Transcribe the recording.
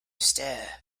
stir